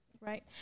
Right